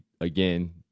again